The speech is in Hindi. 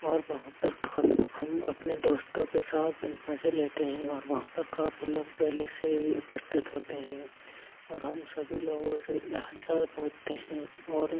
और वहाँ पर हम अपने दोस्तों के साथ मज़े लेते हैं और वहाँ पर काफ़ी लोग पहले से ही उपस्थित होते हैं और हम सभी लोगों से हाल चाल पूछते हैं और